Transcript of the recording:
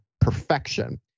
perfection